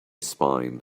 spine